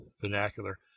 vernacular